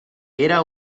era